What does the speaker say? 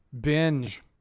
binge